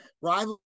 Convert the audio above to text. rival